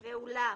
ואולם,